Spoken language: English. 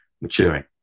maturing